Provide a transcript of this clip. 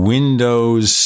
Windows